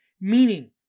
meaning